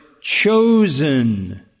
chosen